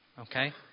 Okay